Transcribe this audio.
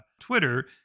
twitter